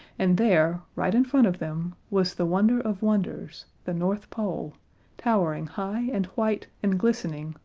and there, right in front of them, was the wonder of wonders the north pole towering high and white and glistening,